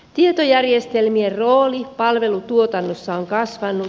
tietojärjestelmien rooli palvelutuotannossa on kasvanut